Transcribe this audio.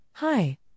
Hi